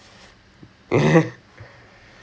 முக்கிட்டு இருக்கிறேன்:mukkittu irukiren